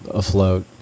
afloat